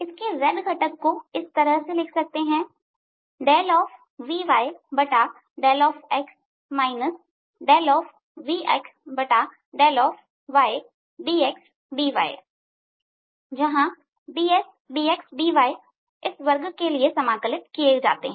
इसके z घटक को इस तरह लिख सकते हैं Vyδx Vxδydxdy जहां dxdy इस वर्ग के लिए समाकलित किए जाते हैं